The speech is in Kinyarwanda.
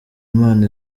imana